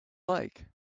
like